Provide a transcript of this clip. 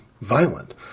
violent